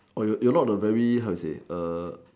oh you you are not the very how to say err